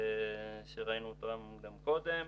כפי שראינו גם קודם.